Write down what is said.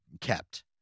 kept